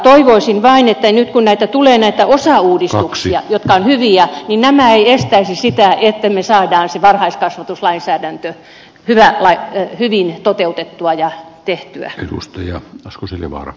toivoisin vain että nyt kun näitä osauudistuksia tulee jotka ovat hyviä nämä eivät estäisi sitä että saamme sen varhaiskasvatuslainsäädännön hyvin toteutetuksi ja tehdyksi